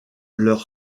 leur